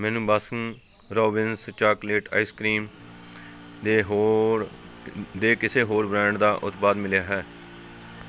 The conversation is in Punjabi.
ਮੈਨੂੰ Baskin Robbins chocolate ice cream ਦੇ ਹੋਰ ਦੇ ਕਿਸੇ ਹੋਰ ਬ੍ਰੈਂਡ ਦਾ ਉਤਪਾਦ ਮਿਲਿਆ ਹੈ